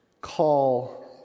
call